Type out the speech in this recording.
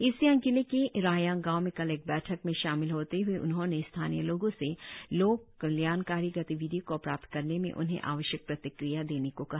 east Siang जिले के रायांग गांव में कल एक बैठक में शामिल होते हए उन्होंने स्थानीय लोगों से लोक कल्याणकारी गतिविधियों को प्राप्त करने में उन्हें आवश्यक प्रतिक्रिया देने को कहा